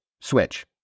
switch